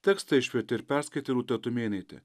tekstą išvertė ir perskaitė rūta tumėnaitė